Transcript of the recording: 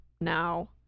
now